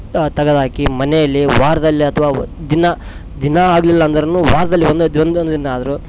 ತಗದು ಹಾಕಿ ಮನೆಯಲ್ಲಿ ವಾರದಲ್ಲಿ ಅಥ್ವ ಒ ದಿನ ದಿನ ಆಗಲಿಲ್ಲ ಅಂದರೂನು ವಾರದಲ್ಲಿ ಒಂದು ಒಂದೊಂದು ದಿನ ಆದರು